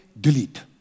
delete